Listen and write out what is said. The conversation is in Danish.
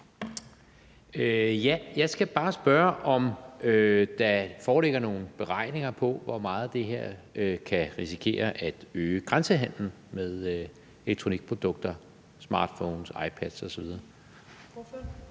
Jeg skal bare spørge, om der foreligger nogen beregninger på, hvor meget det her kan risikere at øge grænsehandlen med elektronikprodukter, smartphones, iPads osv.